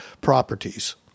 properties –